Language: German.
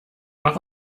noch